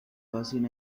basin